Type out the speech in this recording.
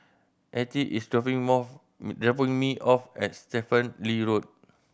Attie is dropping off dropping me off at Stephen Lee Road